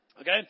Okay